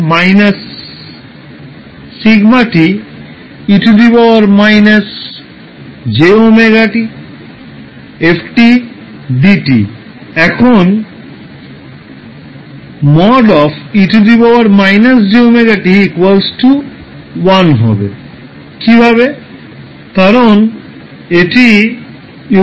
কারণ এটি ইউলারের আইডেন্টিটি Eulers identity